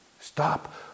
stop